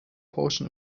portion